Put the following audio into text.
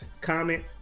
comment